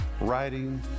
writing